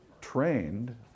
trained